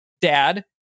dad